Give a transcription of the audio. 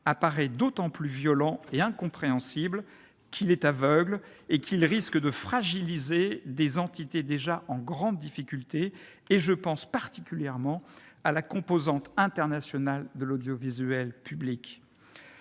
paraît d'autant plus violent et incompréhensible qu'il est aveugle et risque de fragiliser des entités déjà en grande difficulté- je pense en particulier à la composante internationale de l'audiovisuel public.